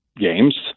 games